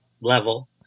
level